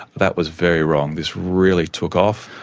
that was very wrong this really took off,